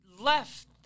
left